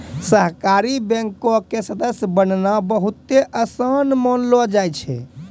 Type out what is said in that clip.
सहकारी बैंको के सदस्य बननाय बहुते असान मानलो जाय छै